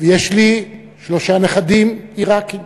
ויש לי שלושה נכדים עיראקיים.